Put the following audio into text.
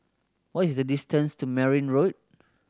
what is the distance to Merryn Road